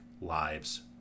Lives